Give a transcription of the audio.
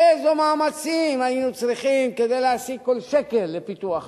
איזה מאמצים היינו צריכים כדי להשיג כל שקל לפיתוח העיר.